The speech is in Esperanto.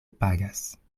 pagas